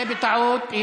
זה בטעות, זה בטעות.